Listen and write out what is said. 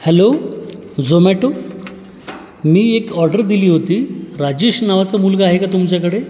hello Zomato मी एक order दिली होती राजेश नावाचा मुलगा आहे का तुमच्याकडे